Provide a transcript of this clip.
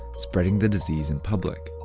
spreading the disease in public.